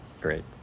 great